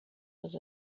with